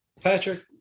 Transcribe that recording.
Patrick